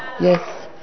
Yes